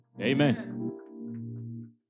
Amen